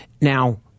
Now